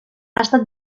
estat